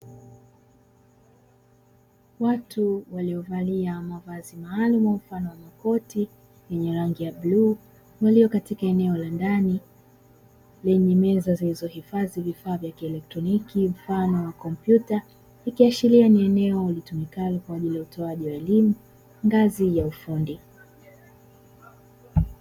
Watu waliovalia mavazi maalumu mfano wa makoti yenye rangi ya bluu. Walio katika eneo la ndani lenye meza zilizohifadhi vifaa vya kielektroniki mfano wa kompyuta, ikiashiria ni eneo litumikalo kwaajili ya utoaji wa elimu ngazi ya ufundi.